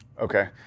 Okay